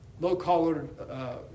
low-collar